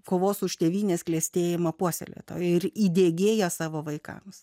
kovos už tėvynės klestėjimą puoselėtoja ir įdieginėja savo vaikams